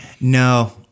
No